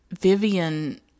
Vivian